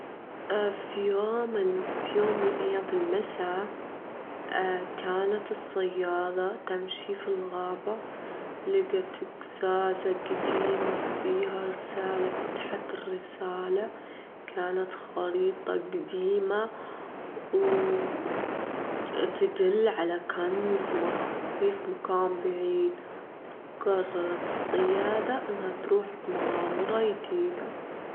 في يوم من الأيام في المسا، كانت الصيادة تمشي في الغابة، لجيت جزازة جديمة فيها رسالة، فتحت الرسالة، كانت خريطة جديمة و تدل على كنز مخفي في مكان بعيد، جررت الصيادة إنها تروح في مغامرة جديدة.